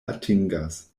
atingas